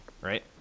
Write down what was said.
right